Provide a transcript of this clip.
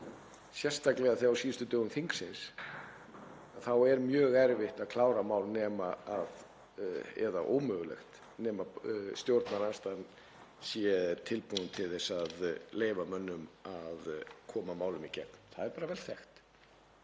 sérstaklega á síðustu dögum þingsins þá er mjög erfitt að klára mál eða ómögulegt nema stjórnarandstaðan sé tilbúin til þess að leyfa mönnum að koma málum í gegn. Það er bara vel þekkt.